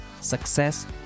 success